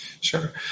Sure